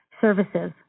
Services